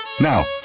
Now